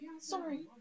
Sorry